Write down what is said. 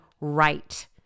right